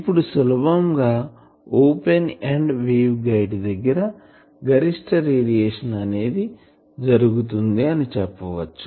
ఇప్పుడు సులభంగా open end waveguide దగ్గర గరిష్ట రేడియేషన్ అనేది జరుగుతుంది అని చెప్పవచ్చు